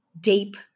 deep